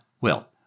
Well